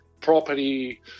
Property